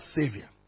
Savior